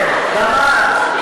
באמת.